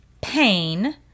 pain